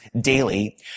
daily